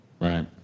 Right